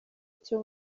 icyo